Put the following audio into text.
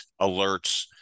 alerts